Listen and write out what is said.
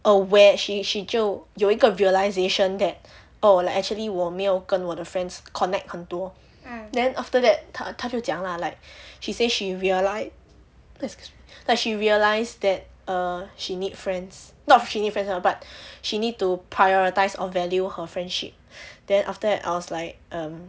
aware she she 就有一个 realisation that oh like actually 我没有跟我的 friends connect 很多 then after that 她她就讲 lah like she say she reali~ excuse me like she realised that uh she need friends not she need friends sorry but she need to prioritise or value her friendship then after that I was like um